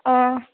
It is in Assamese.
অঁ